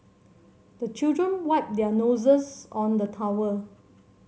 the children wipe their noses on the towel